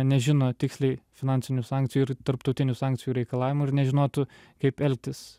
nežino tiksliai finansinių sankcijų ir tarptautinių sankcijų reikalavimų ir nežinotų kaip elgtis